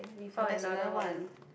we found another one